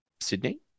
Sydney